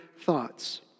thoughts